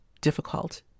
difficult